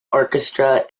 orchestra